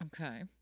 Okay